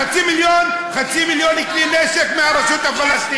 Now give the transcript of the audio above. חצי מיליון כלי נשק מהרשות הפלסטינית.